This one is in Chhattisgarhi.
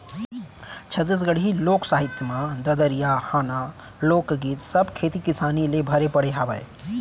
छत्तीसगढ़ी लोक साहित्य म ददरिया, हाना, लोकगीत सब खेती किसानी ले भरे पड़े हावय